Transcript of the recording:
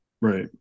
Right